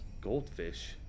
Goldfish